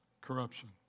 corruption